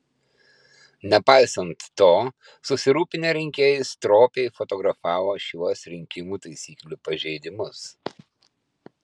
nepaisant to susirūpinę rinkėjai stropiai fotografavo šiuos rinkimų taisyklių pažeidimus